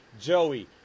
Joey